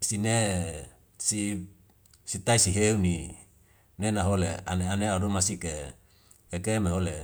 sine sitai siheuni nena hole ane anea ado masik'e eke ma hole